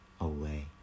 away